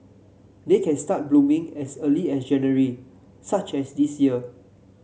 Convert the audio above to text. they can start blooming as early as January such as this year